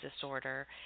disorder